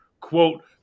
quote